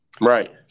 Right